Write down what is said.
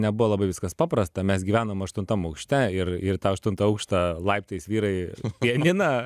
nebuvo labai viskas paprasta mes gyvenom aštuntam aukšte ir ir į tą aštuntą aukštą laiptais vyrai pianiną